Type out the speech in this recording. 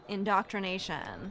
Indoctrination